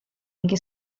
anche